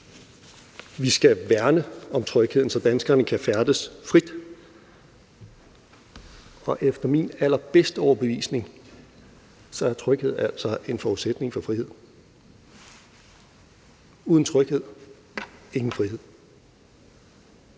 Vi skal værne om trygheden, så danskerne kan færdes frit. Og efter min allerbedste overbevisning er tryghed altså en forudsætning for frihed. Uden tryghed, ingen frihed.